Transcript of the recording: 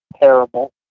terrible